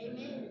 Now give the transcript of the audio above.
Amen